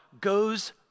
goes